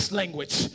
language